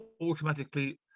automatically